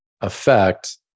effect